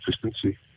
consistency